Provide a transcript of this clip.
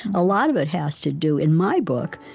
a lot of it has to do, in my book,